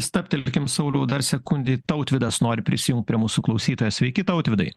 stabtelkim sauliau dar sekundei tautvydas nori prisijungt prie mūsų klausytojas sveiki tautvydai